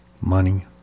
Money